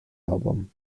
album